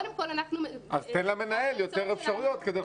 תן למנהל יותר אפשרויות.